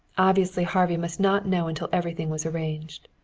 obviously harvey must not know until everything was arranged.